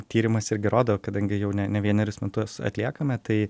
tyrimas irgi rodo kadangi jau ne ne vienerius metus atliekame tai